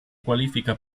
qualifica